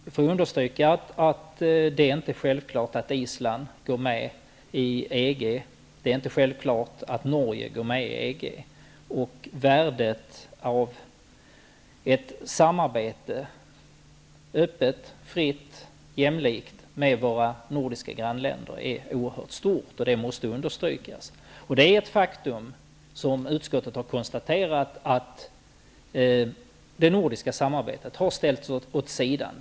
Jag vill understryka att det inte är självklart att Island går med i EG. Det är inte självklart att Norge går med i EG. Värdet av ett öppet, fritt och jämlikt samarbete med våra nordiska grannländer är oerhört stort. Det måste understrykas. Utskottet har konstaterat att det nordiska samarbetet har ställts åt sidan.